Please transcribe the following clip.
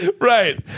Right